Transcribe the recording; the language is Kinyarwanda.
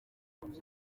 ati